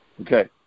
Okay